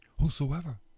Whosoever